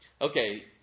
okay